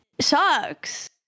sucks